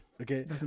Okay